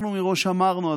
אנחנו מראש אמרנו,